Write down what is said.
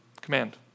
command